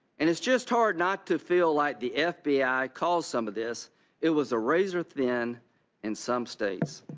and it's just hard not to feel like the f b i. called some of this it was a razor thin in some states.